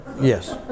yes